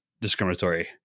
discriminatory